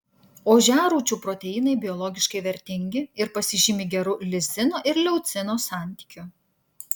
ožiarūčių proteinai biologiškai vertingi ir pasižymi geru lizino ir leucino santykiu